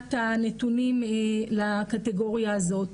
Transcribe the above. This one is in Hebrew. מבחינת הנתונים לקטגוריה הזאת.